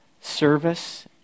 service